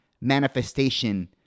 manifestation